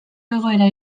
egoera